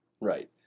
Right